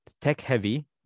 tech-heavy